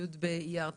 י' באייר התשפ"ב.